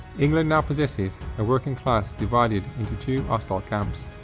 england now possesses a working class divided into two hostile camps,